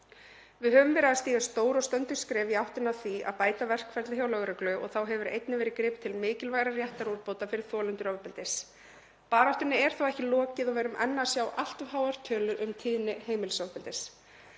Við höfum verið að stíga stór og stöndug skref í áttina að því að bæta verkferla hjá lögreglu og þá hefur einnig verið gripið til mikilvægra réttarúrbóta fyrir þolendur ofbeldis. Baráttunni er þó ekki lokið og við erum enn að sjá allt of háar tölur um tíðni heimilisofbeldis.